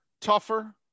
tougher